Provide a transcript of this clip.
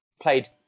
played